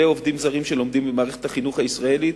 עובדים זרים שלומדים במערכת החינוך הישראלית.